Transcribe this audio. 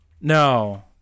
No